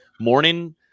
morning